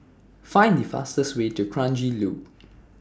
Find The fastest Way to Kranji Loop